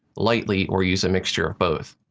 lightly, or use a mixture of both.